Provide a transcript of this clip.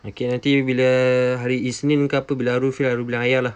okay nanti bila hari isnin ke apa bilang ayah lah